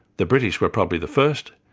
the british were probably the first,